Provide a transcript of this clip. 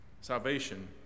salvation